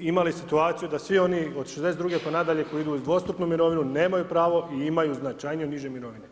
imali situaciju, da svi oni od 62 pa nadalje, koji idu u dostupnu mirovinu, nemaju pravo i imaju značajnije niže mirovine.